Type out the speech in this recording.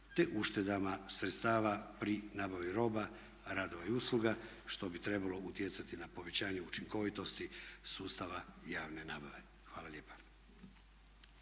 te uštedama sredstava pri nabavi roba, radova i usluga što bi trebalo utjecati na povećanje učinkovitosti sustava javne nabave. Hvala lijepa.